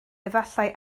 efallai